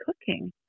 cooking